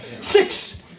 Six